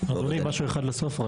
אדוני, רק משהו אחד לסוף.